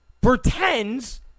pretends